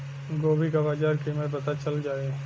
गोभी का बाजार कीमत पता चल जाई?